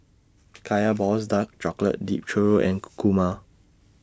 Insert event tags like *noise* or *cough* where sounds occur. Kaya Balls Dark Chocolate Dipped Churro and *noise* Kurma